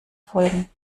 folgen